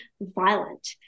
violent